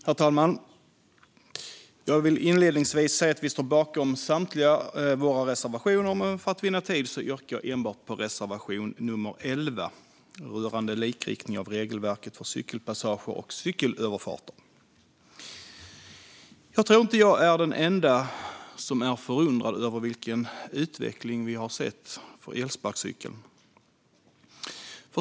Herr talman! Jag vill inledningsvis säga att vi står bakom samtliga våra reservationer. För att vinna tid yrkar jag dock bifall enbart till reservation nummer 11 rörande likriktning av regelverket för cykelpassager och cykelöverfarter. Jag tror inte att jag är den ende som är förundrad över vilken utveckling vi har sett för elsparkcykeln.